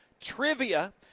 Trivia